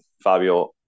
Fabio